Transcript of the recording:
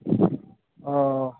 ओ